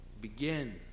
begin